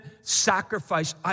sacrifice